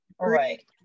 right